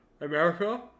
America